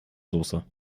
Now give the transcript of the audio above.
soße